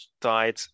died